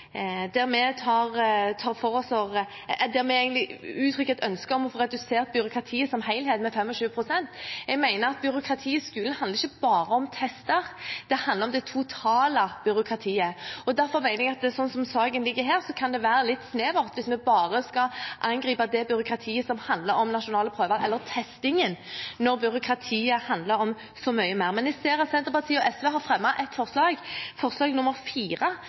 der vi egentlig uttrykker et ønske om å få redusert byråkratiet som helhet med 25 pst. Jeg mener at byråkratiet i skolen ikke bare handler om tester, det handler om det totale byråkratiet. Derfor mener jeg at sånn saken ligger her, kan det være litt snevert hvis vi bare skal angripe det byråkratiet som handler om nasjonale prøver – eller testingen – når byråkratiet handler om så mye mer. Men jeg ser at Senterpartiet og SV har fremmet et forslag, forslag